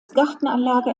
gartenanlage